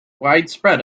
widespread